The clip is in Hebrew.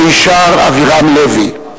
מישר אבירם לוי,